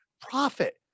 profit